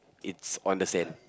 it's on the sand